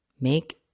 make